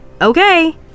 Okay